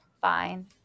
fine